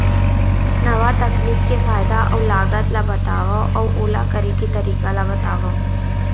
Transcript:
नवा तकनीक के फायदा अऊ लागत ला बतावव अऊ ओला करे के तरीका ला बतावव?